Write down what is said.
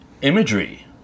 imagery